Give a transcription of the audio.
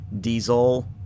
diesel